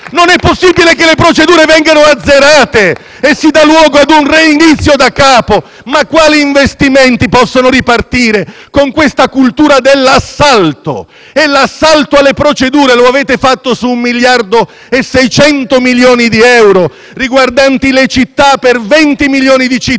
Non è possibile che le procedure vengano azzerate e si dia luogo ad un nuovo inizio da capo! Ma quali investimenti possono ripartire con questa cultura dell'assalto? Peraltro, l'assalto alle procedure lo avete fatto su 1,6 miliardi di euro riguardanti le città e 20 milioni di cittadini.